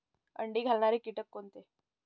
अंडी घालणारे किटक कोणते?